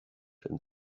and